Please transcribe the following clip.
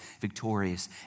victorious